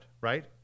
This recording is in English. Right